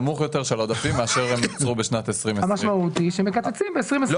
אני לא בטוח.